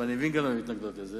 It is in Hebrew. ואני גם מבין למה הן מתנגדות לזה,